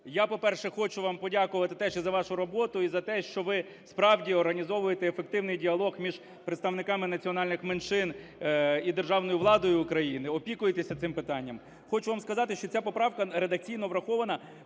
я, по-перше, хочу вам подякувати теж за вашу роботу і за те, що ви справді організовуєте ефективний діалог між представниками національних меншин і державною владою України, опікуєтеся цим питанням. Хочу вам сказати, що ця поправка редакційно врахована